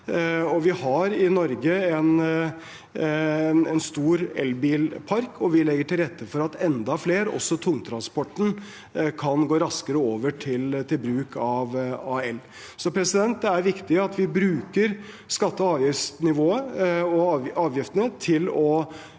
Vi har en stor elbilpark i Norge, og vi legger til rette for at enda flere, også tungtransporten, kan gå raskere over til bruk av el. Det er riktig at vi bruker skatte- og avgiftsnivået, avgiftene, til å